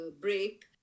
break